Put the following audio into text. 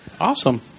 Awesome